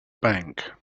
bank